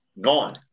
Gone